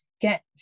get